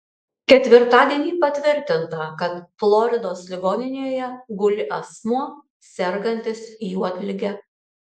ketvirtadienį patvirtinta kad floridos ligoninėje guli asmuo sergantis juodlige